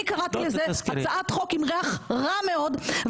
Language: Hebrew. אני קראתי לזה הצעת חוק עם ריח רע מאוד,